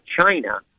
China